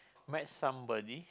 met somebody